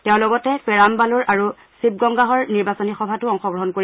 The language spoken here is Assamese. তেওঁ লগতে পেৰামবালুৰ আৰু শিৱগংগাহৰ নিৰ্বাচনী সভাতো অংশগ্ৰহণ কৰিব